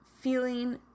feeling